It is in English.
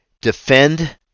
defend